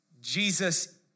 Jesus